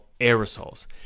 aerosols